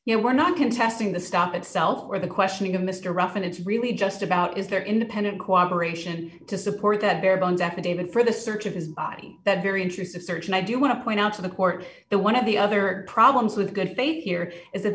know we're not contesting the stop itself or the questioning of mr ruff and it's really just about is there independent cooperation to support that bare bones affidavit for the search of his body that very intrusive search and i do want to point out to the court that one of the other problems with good faith here is that